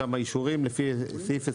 יש שם אישורים לפי סעיף 26ה,